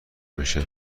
میشه